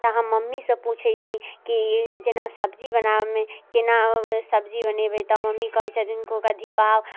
तऽ हम मम्मीसँ पूछैत छी कि जेना सब्जी बनाबऽ मे केना सब्जी बनेबै तऽ मम्मी कहैत छथिन कुकर धीपाउ